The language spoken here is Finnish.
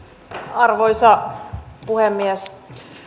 arvoisa puhemies